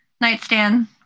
nightstand